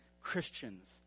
Christians